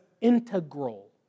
integral